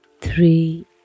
three